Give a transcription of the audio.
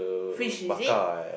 fish is it